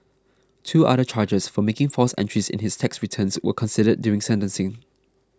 two other charges for making false entries in his tax returns were considered during sentencing